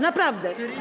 Naprawdę.